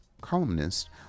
columnist